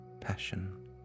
passion